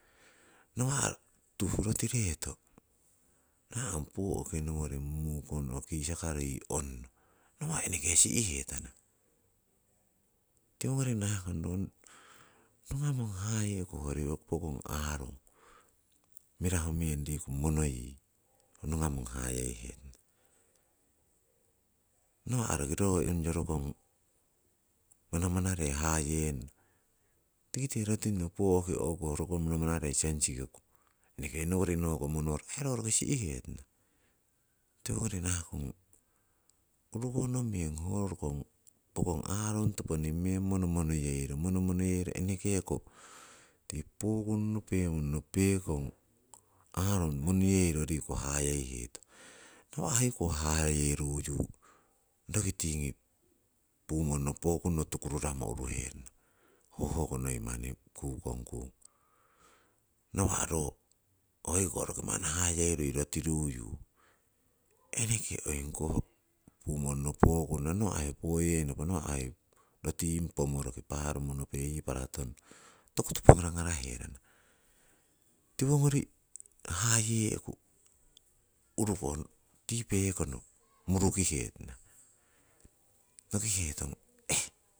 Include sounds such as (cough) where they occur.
Nawa' tuh rotireto, nawa' ong pooki nowori mukongro oo kisakaro yii ongno nawa' eneke si'hetana. Tiwongori nahakong ro nungamong hayeiku hoyori pokong aarung, mirahu meng riku monoyi ho nungamong hayeihetong. Nawa' roki ro onyo rokong manamanarei hayenno, tikite rotinno pooki o'ku rokong manamanarei sensikiku, eneke nowori nakah monoro aii ro yaki si'hetana. Tiwongori nahakong urukohno meng ho rokong pokong aarung toponing meng monomonoyeiro, monomonoyeiro enekeko tii pokunno, pemonno pekong aarung monoyeiro riku hayeihetong. Nawa' hoiko hayeruyu roki tingi pokunno, pumonno tukururamo uruherana. Hoho ko noi manni kukong kung. Nawa' ro hoiko roki manni hayerui rotiruyu eneke oingi koh pumonno, pokunno, nawa' hoi poyengnopo, nawa' hoi rotiying pomoroki, paramonope, paratondu tiwo ngarangara herana, tiwongori haye'ku urukoh tipekono (noise) murukihetana nokihetana eh!